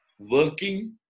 working